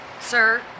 Sir